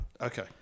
Okay